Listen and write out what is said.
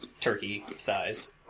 turkey-sized